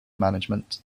management